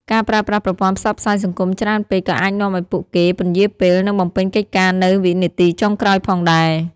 ការប្រើប្រាស់ប្រព័ន្ធផ្សព្វផ្សាយសង្គមច្រើនពេកក៏អាចនាំឱ្យពួកគេ ពន្យារពេល និងបំពេញកិច្ចការនៅវិនាទីចុងក្រោយផងដែរ។